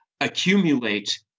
accumulate